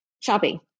shopping